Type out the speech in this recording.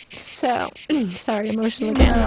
so sorry, emotional again.